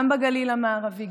גם בגליל המערבי,